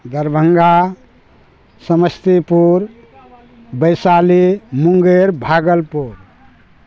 Darbhanga Samastipur Vaishali Munger Bhagalpur